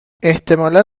احتمالا